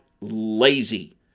lazy